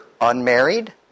unmarried